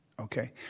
Okay